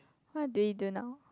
what do we do now